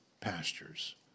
pastures